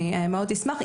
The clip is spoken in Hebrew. אני מאוד אשמח.